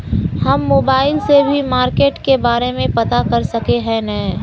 हम मोबाईल से भी मार्केट के बारे में पता कर सके है नय?